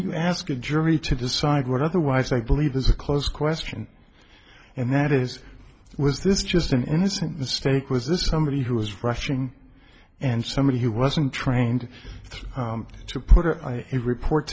you ask a jury to decide what otherwise i believe is a close question and that is was this just an innocent mistake was this somebody who was rushing and somebody who wasn't trained to put a report